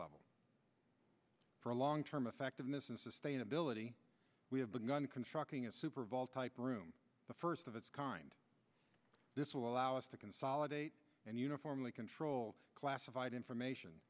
level for long term effectiveness and sustainability we have begun constructing a super bowl type room the first of its kind this will allow us to consolidate and uniformly control classified information